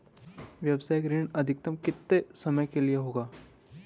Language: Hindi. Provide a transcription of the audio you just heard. व्यावसायिक ऋण अधिकतम कितने समय के लिए होगा?